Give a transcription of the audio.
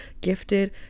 gifted